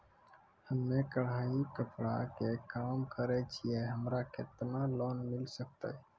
हम्मे कढ़ाई कपड़ा के काम करे छियै, हमरा केतना लोन मिले सकते?